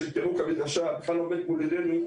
פירוק המדרשה בכלל לא עומד מול עינינו.